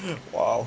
!wow!